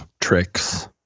tricks